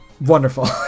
wonderful